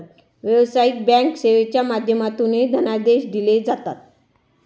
व्यावसायिक बँक सेवेच्या माध्यमातूनही धनादेश दिले जातात